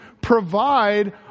provide